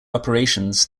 operations